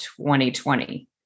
2020